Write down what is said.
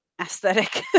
aesthetic